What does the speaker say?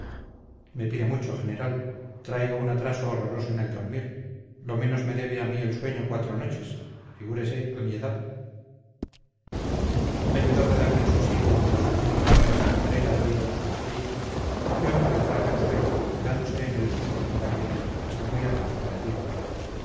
me pide mucho general traigo un atraso horroroso en el dormir lo menos me debe a mí el sueño cuatro noches figúrese a mi edad ayudado de aquel sosiego que las últimas palabras de cabrera dieron a su espíritu cogió d beltrán el sueño quedándose en él con profunda quietud hasta muy avanzado el día